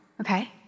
Okay